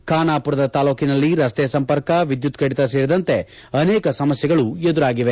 ಖಾನಾಮರದ ತಾಲೂಕಿನಲ್ಲಿ ರಸ್ತೆ ಸಂಪರ್ಕ ವಿದ್ಯುತ್ ಕಡಿತ ಸೇರಿದಂತೆ ಅನೇಕ ಸಮಸ್ಯೆಗಳು ಎದುರಾಗಿವೆ